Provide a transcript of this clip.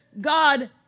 God